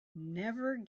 never